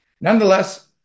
Nonetheless